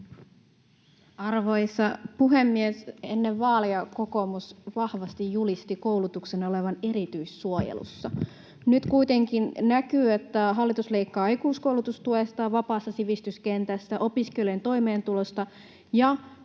Arvoisa puhemies! Ennen vaaleja kokoomus vahvasti julisti koulutuksen olevan erityissuojelussa. Nyt kuitenkin näkyy, että hallitus leikkaa aikuiskoulutustuesta, vapaasta sivistyskentästä, opiskelijoiden toimeentulosta ja kuntataloudesta.